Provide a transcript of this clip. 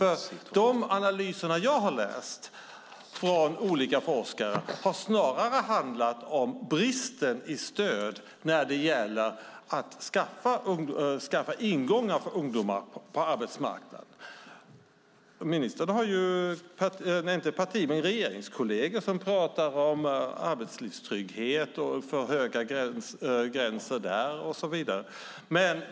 De analyser som jag har läst från olika forskare har snarare handlat om bristen i stöd när det gäller att skaffa ingångar för ungdomar på arbetsmarknaden. Ministern har ju regeringskolleger som pratar om arbetslivstrygghet och för höga gränser där och så vidare.